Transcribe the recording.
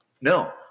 no